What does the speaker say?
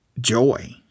joy